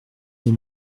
lès